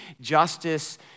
Justice